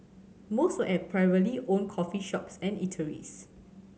most were at privately owned coffee shops and eateries